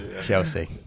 Chelsea